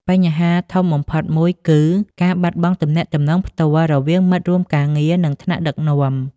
បញ្ហាធំបំផុតមួយគឺ ការបាត់បង់ទំនាក់ទំនងផ្ទាល់ រវាងមិត្តរួមការងារ និងថ្នាក់ដឹកនាំ។